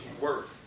Worth